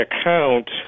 account